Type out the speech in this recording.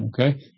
Okay